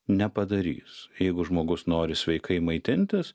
nepadarys jeigu žmogus nori sveikai maitintis